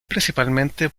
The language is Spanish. principalmente